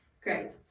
great